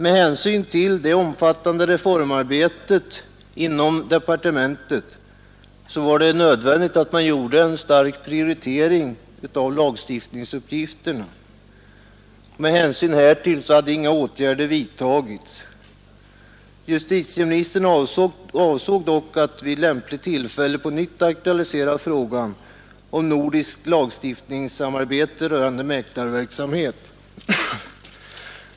På grund av det omfattande reformarbetet inom departementet var det nödvändigt att göra en stark prioritering av lagstiftningsuppgifterna, och med hänsyn därtill hade inga åtgärder vidtagits. Justitieministern avsåg dock att vid lämpligt tillfälle på nytt aktualisera frågan om nordiskt lagstiftningsarbete rörande mäklarverksamheten.